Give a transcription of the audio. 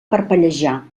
parpellejar